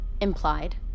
Implied